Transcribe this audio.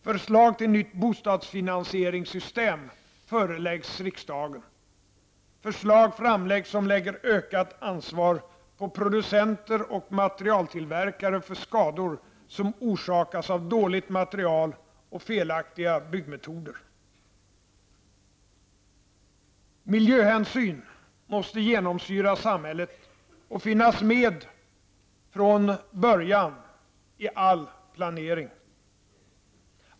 Förslag framläggs som lägger ökat ansvar på producenter och materialtillverkare för skador som orsakas av dåligt material och felaktiga byggmetoder. Miljöhänsyn måste genomsyra samhället och finnas med från början i all planering.